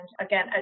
again